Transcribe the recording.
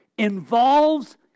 Involves